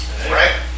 Right